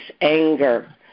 anger